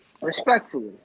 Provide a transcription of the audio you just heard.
Respectfully